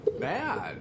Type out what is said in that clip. bad